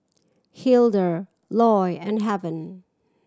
Hildur Loy and Heaven